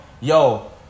Yo